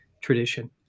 tradition